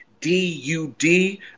D-U-D